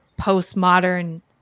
postmodern